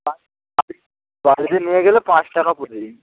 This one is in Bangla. আপনি বাড়িতে নিয়ে গেলে পাঁচ টাকা প্রতিদিন